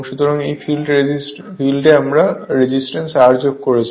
সুতরাং সেই ফিল্ডে আমরা রেজিস্ট্যান্স R যোগ করছি